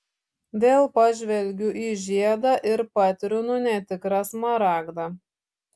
vėl pažvelgiu į žiedą ir patrinu netikrą smaragdą